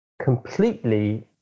completely